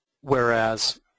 whereas